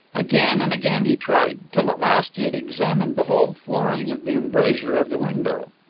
again and again he tried, till at last he had examined the whole flooring of the embrasure of the window.